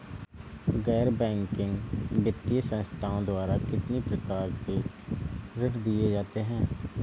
गैर बैंकिंग वित्तीय संस्थाओं द्वारा कितनी प्रकार के ऋण दिए जाते हैं?